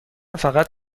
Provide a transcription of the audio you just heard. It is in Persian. فقط